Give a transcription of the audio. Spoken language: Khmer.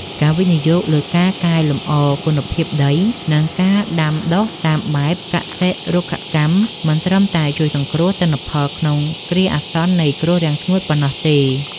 ការវិនិយោគលើការកែលម្អគុណភាពដី និងការដាំដុះតាមបែបកសិ-រុក្ខកម្ម មិនត្រឹមតែជួយសង្គ្រោះទិន្នផលក្នុងគ្រាអាសន្ននៃគ្រោះរាំងស្ងួតប៉ុណ្ណោះទេ។